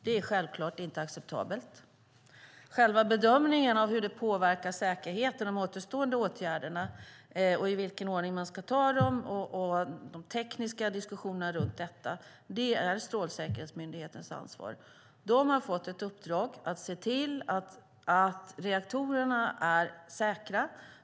Det är självklart inte acceptabelt. Själva bedömningen av hur det påverkar säkerheten och de återstående åtgärderna och i vilken ordning man ska ta dem och de tekniska diskussionerna runt detta är Strålsäkerhetsmyndighetens ansvar. De har fått ett uppdrag att se till att reaktorerna är säkra.